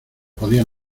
podían